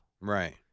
Right